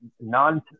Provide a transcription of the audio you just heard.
non